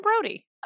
brody